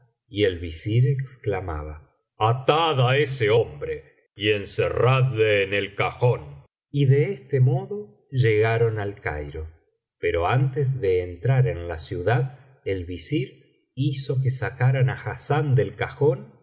y el visir esclamaba i atada ese hombre y encerradle en el cajón y de este modo llegaron al cairo pero antes de entrar en la ciudad el visir hizo que sacaran á hassán del cajón